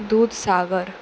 दूद सागर